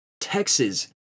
Texas